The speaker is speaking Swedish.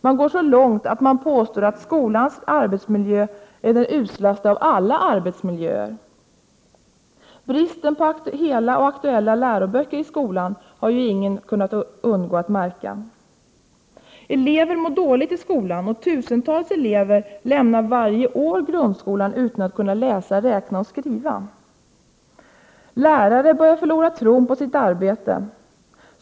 Man går så långt att man påstår att skolans arbetsmiljö är den uslaste av alla arbetsmiljöer. Bristen på hela och aktuella läroböcker i skolan har ingen kunnat undgå att — Prot. 1988/89:63 märka. 8 februari 1989 Elever mår dåligt i skolan, och tusentals elever lämnar varje år grundskolan utan att kunna läsa, skriva och räkna. ” Lärare börjar förlora tron på sitt arbete.